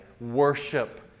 Worship